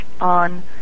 on